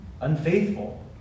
unfaithful